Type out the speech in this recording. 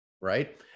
right